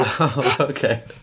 Okay